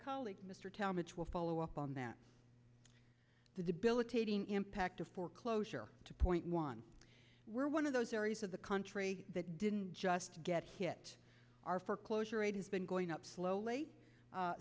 colleague mr talmage will follow up on that the debilitating impact of foreclosure to point one we're one of those areas of the country that didn't just get hit our foreclosure rate has been going up slowly